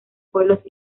pueblos